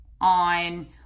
on